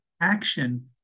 action